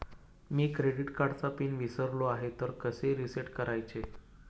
मी credit कार्डचा PIN विसरलो आहे तर कसे रीसेट करायचे?